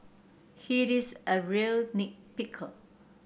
he is a real nit picker